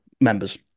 members